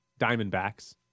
Diamondbacks